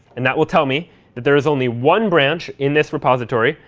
and that will tell me that there is only one branch in this repository,